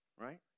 right